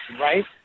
right